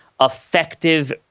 effective